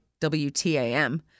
WTAM